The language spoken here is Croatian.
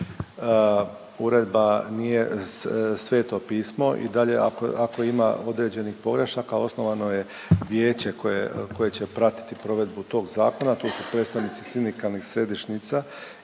Uredba nije Sveto pismo i dalje ako ima određenih pogrešaka osnovano je vijeće koje će pratiti provedbu tog zakona, to su predstavnici sindikalnih središnjica i